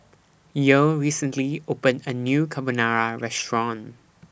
Yael recently opened A New Carbonara Restaurant